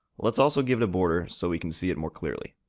let's also give it a border so we can see it more clearly.